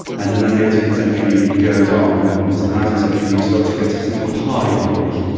and then as the eighteenth century goes on into the nineteenth century, you start to get something called parlyaree,